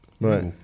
right